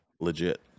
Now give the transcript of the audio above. legit